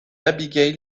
abigail